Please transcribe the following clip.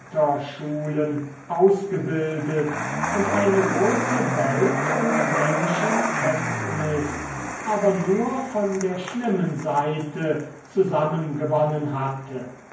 ausgebildet und eine große welt und menschenkenntnis aber nur von der schlimmen seite zusammengewonnen hatte